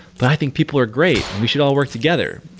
but i think people are great, and we should all work together,